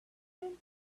been